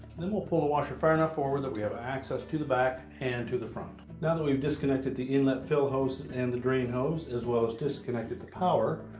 then we'll pull the washer far enough forward that we have access to the back and to the front now that we've disconnected the inlet fill hose and the drain hose, as well as disconnected the power,